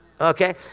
okay